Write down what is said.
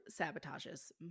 sabotages